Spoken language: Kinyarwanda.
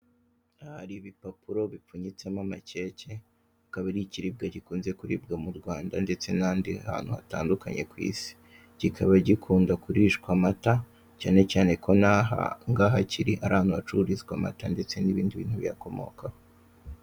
Aha hari ibipapuro bipfunyitsemo amakeke, akaba ari ikiribwa gukunze kuribwa mu Rwanda, ndetse n'ahandi hantu hatandukanye ku isi. Kikaba gikunda kurishwa amata, cyane cyane ko n'ahangaha kiri ari ahantu hacururizwa amata ndetse n'ibindi bintu biyakomokaho.